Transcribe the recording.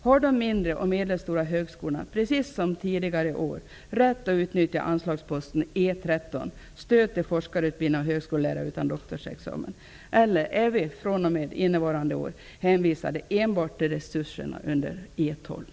Har de mindre och medelstora högskolorna, precis som tidigare år, rätt att utnyttja anslagsposten E 13 Stöd till forskarutbildning av universitets och högskolelärare utan doktorsexamen, eller är vi fr.o.m. innevarande år hänvisade enbart till resurserna under anslaget